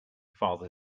father